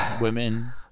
Women